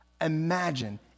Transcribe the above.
Imagine